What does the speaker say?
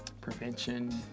prevention